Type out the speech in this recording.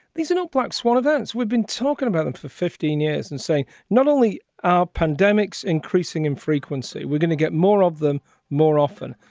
these are not black swan events. we've been talking about them for fifteen years and saying not only ah pandemics increasing in frequency, we're going to get more of them more often.